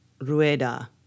Rueda